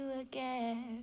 again